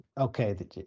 okay